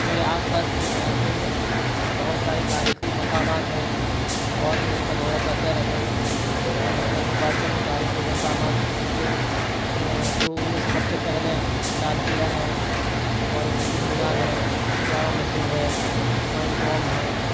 میرے آس پاس کے علاقے میں بہت سارے تاریخی مقامات ہیں اور میں ان کا دورہ کرتا رہتا ہوں اگر میں بات کروں تاریخی مقامات کے تو ان میں سے سب سے پہلے لال قلعہ ہے اور ایک قطب مینار ہے جامع مسجد ہے ہمایوں ٹامب ہے